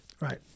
Right